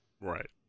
Right